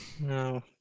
No